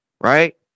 right